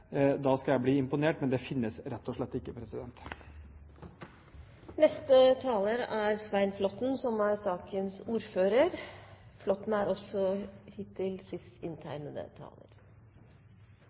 skal jeg bli imponert. Men det finnes rett og slett ikke. Det siste er jeg enig med statsråden i, og det går også